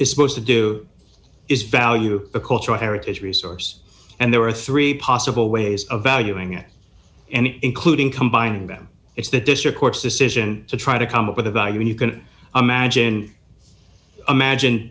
is supposed to do is value a cultural heritage resource and there are three possible ways of valuing it and including combining them it's the district court's decision to try to come up with a value and you can imagine imagine